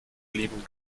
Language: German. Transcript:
blieben